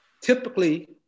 typically